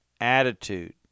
attitude